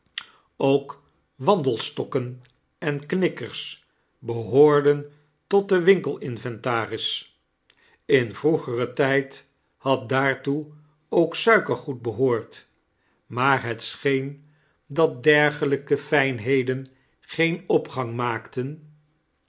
ook wandeletokken en kmkkers behoorden tot de winkelinventans in vroegeren tijd had daartoe ook suikergoed behoord maar het scheen chakles dickens dat dergelijke fijnheden geen opgang inaakten